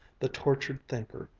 the tortured thinker,